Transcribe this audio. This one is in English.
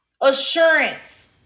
assurance